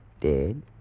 dead